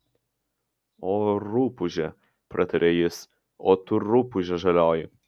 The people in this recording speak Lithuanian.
o rupūže pratarė jis o tu rupūže žalioji